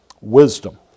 wisdom